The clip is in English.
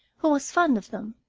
who was fond of them.